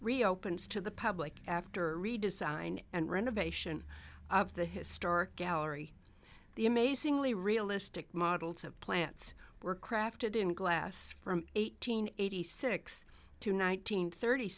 reopens to the public after redesign and renovation of the historic gallery the amazingly realistic models of plants were crafted in glass from eight hundred eighty six to nine hundred thirty